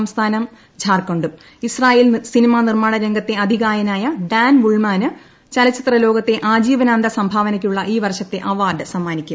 സംസ്ഥാനം ഝാർഖണ്ഡും ഇസ്രായേൽ സിനിമാനിർമ്മാണരംഗത്തെ അതികായനായ ഡാൻ വുൾമാന് ചലച്ചിത്രലോകത്തെ ആജീവനാന്ത സംഭാവനയ്ക്കുളള ഈ വർഷത്തെ അവാർഡ് സമ്മാനിക്കും